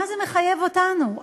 מה זה מחייב אותנו?